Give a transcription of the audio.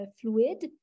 fluid